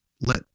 let